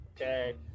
Okay